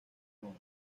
moon